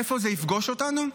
איפה זה יפגוש אותנו?